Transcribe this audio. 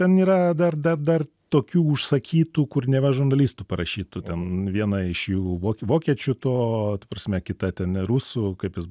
ten yra dar dar dar tokių užsakytų kur neva žurnalistų parašytų ten viena iš jų vokiečių to ta prasme kita ten rusų kaip jis